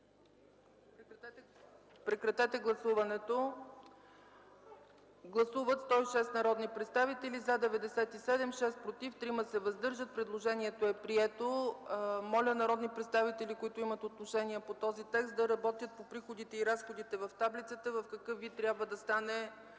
отлагане на гласуването по чл. 1. Гласували 106 народни представители: за 97, против 6, въздържали се 3. Предложението е прието. Моля, народни представители, които имат отношение по този текст, да работят по приходите и разходите в таблицата, в какъв вид трябва да стане